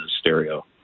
stereo